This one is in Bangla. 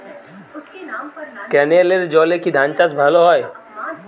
ক্যেনেলের জলে কি ধানচাষ ভালো হয়?